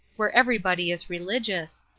where everybody is religious,